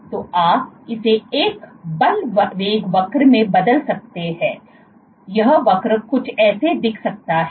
तो आप इसे एक बल वेग वक्र में बदल सकते हैं यह वक्र कुछ ऐसे दिख सकता है